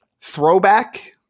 throwback